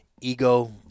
ego